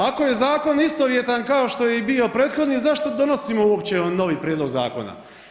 Ako je zakon istovjetan kao što je i bio prethodni zašto donosimo uopće novi prijedlog zakona.